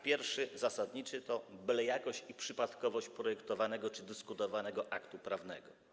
Pierwszy, zasadniczy, to bylejakość i przypadkowość projektowanego czy dyskutowanego aktu prawnego.